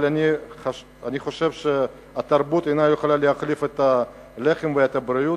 אבל אני חושב שהתרבות אינה יכולה להחליף את הלחם והבריאות,